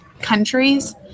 countries